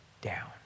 down